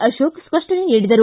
ಅಶೋಕ ಸ್ಪಷ್ಟನೆ ನೀಡಿದರು